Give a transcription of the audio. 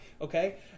Okay